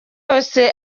yose